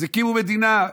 אז הקימו מדינה,